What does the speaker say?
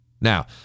Now